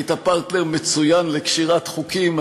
היית פרטנר מצוין לקשירת חוקים.